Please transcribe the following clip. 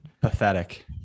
Pathetic